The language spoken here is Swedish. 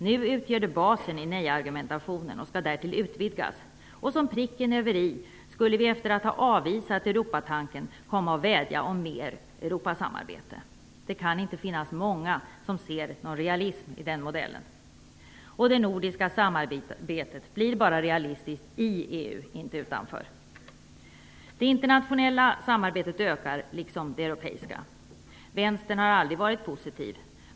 Nu utgör det basen i nejargumentationen och skall därtill utvidgas. Som pricken över i skulle vi efter att ha avvisat Europatanken komma och vädja om mer Europasamarbete. Det kan inte finnas många som ser någon realism i den modellen. Det nordiska samarbetet blir realistiskt bara i EU, inte utanför. Det internationella samarbetet ökar liksom det europeiska. Vänstern har aldrig varit positiv.